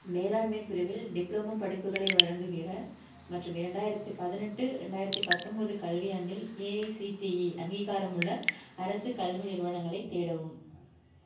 மேலாண்மை பிரிவில் டிப்ளமோ படிப்புகளை வழங்குகிற மற்றும் இரண்டாயிரத்து பதினெட்டு ரெண்டாயிரத்து பத்தொன்போது கல்வியாண்டில் ஏஐசிடிஇ அங்கீகாரமுள்ள அரசு கல்வி நிறுவனங்களைத் தேடவும்